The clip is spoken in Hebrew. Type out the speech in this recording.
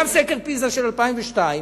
גם סקר "פיזה" של 2002,